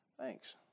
Thanks